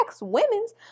women's